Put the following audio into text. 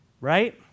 Right